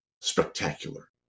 spectacular